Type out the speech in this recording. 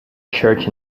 church